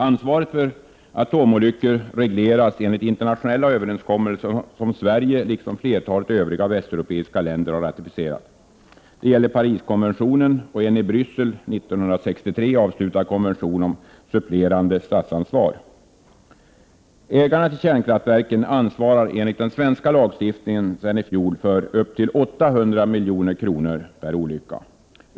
Ansvaret för atomolyckor regleras enligt internationella överenskommelser, som Sverige liksom flertalet övriga västeuropeiska länder har ratificerat. Det gäller Pariskonventionen och en i Bryssel 1963 avslutad konvention om supplerande statsansvar. Ägarna till kärnkraftverken ansvarar enligt den svenska lagstiftningen sedan i fjol för upp till 800 milj.kr. vid olycka.